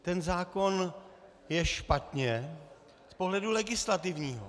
Ten zákon je špatně z pohledu legislativního.